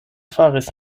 faris